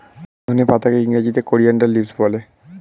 ধনে পাতাকে ইংরেজিতে কোরিয়ানদার লিভস বলে